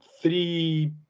three